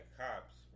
cops